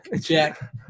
Jack